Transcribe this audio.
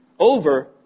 Over